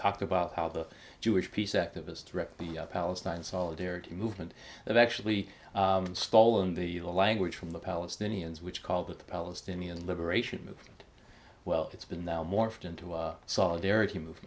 talked about how the jewish peace activists wrecked the palestine solidarity movement that actually stall in the language from the palestinians which called it the palestinian liberation movement well it's been now morphed into a solidarity move